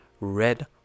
red